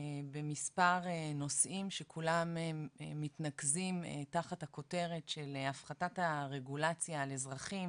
במספר נושאים שכולם מתנקזים תחת הכותרת של הפחתת הרגולציה על אזרחים